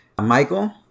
Michael